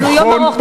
יש לנו יום ארוך,